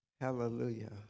Hallelujah